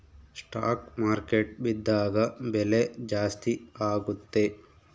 stock market ಬಿದ್ದಾಗ ಬೆಲೆ ಜಾಸ್ತಿ ಆಗುತ್ತೆ